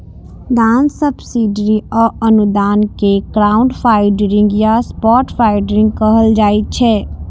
दान, सब्सिडी आ अनुदान कें क्राउडफंडिंग या सॉफ्ट फंडिग कहल जाइ छै